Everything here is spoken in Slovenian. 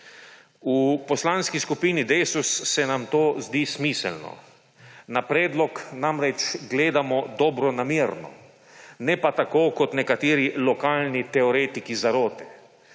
V Poslanski skupini Desus se nam to zdi smiselno. Na predlog namreč gledamo dobronamerno, ne pa tako kot nekateri lokalni teoretiki zarote.